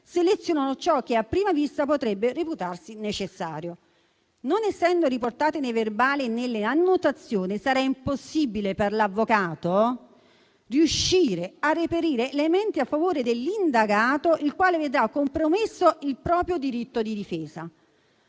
selezionano ciò che a prima vista potrebbe reputarsi necessario. Non essendo riportati nei verbali né nelle annotazioni, sarà impossibile per l'avvocato riuscire a reperire elementi a favore dell'indagato, il quale vedrà compromesso il proprio diritto di difesa.